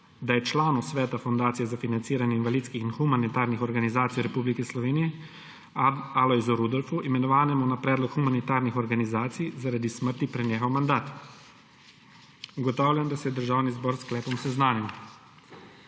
da je članu Sveta Fundacije za financiranje invalidskih in humanitarnih organizacij v Republiki Sloveniji Alojzu Rudolfu, imenovanemu na predlog humanitarnih organizacij, zaradi smrti prenehal mandat. Ugotavljam, da se je Državni zbor s sklepom seznanil.